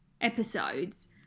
episodes